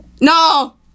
no